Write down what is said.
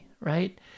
right